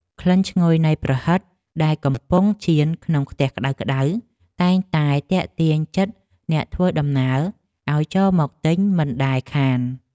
ក្លិនឈ្ងុយនៃប្រហិតដែលកំពុងចៀនក្នុងខ្ទះក្តៅៗតែងតែទាក់ទាញចិត្តអ្នកធ្វើដំណើរឱ្យចូលមកទិញមិនដែលខាន។